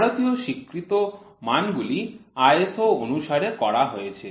ভারতীয় স্বীকৃত মানগুলি ISO অনুসারে করা হয়েছে